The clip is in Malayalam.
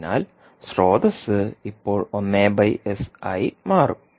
അതിനാൽ സ്രോതസ്സ് ഇപ്പോൾ 1s ആയി മാറും